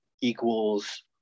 equals